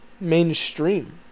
mainstream